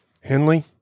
Henley